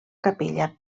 capella